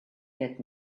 that